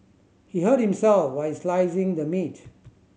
he hurt himself while slicing the meat